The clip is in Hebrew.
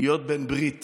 להיות בן ברית